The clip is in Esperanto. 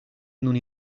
nun